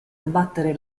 sbattere